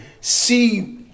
see